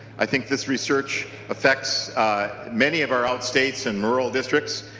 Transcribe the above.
i think this research affects many of our out states and rural districts.